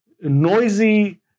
noisy